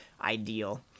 ideal